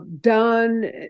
done